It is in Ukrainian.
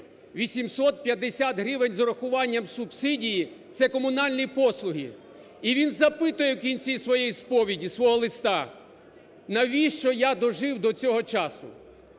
850 гривень з урахуванням субсидії – це комунальні послуги. І він запитує в кінці своєї сповіді, свого листа: "Навіщо я дожив до цього часу!?"